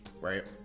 right